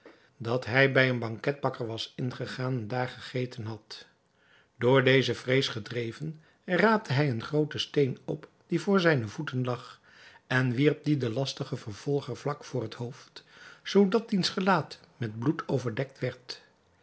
dat hij bij een banketbakker was ingegaan en daar gegeten had door deze vrees gedreven raapte hij een grooten steen op die voor zijne voeten lag en wierp dien den lastigen vervolger vlak voor het hoofd zoodat diens gelaat met bloed overdekt